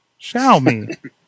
Xiaomi